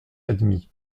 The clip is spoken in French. admis